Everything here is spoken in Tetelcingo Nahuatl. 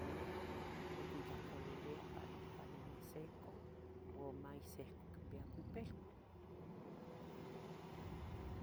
nicposonia niquintlahtlalilia para macuali nis icu ua maihsica quipiaco ipilua.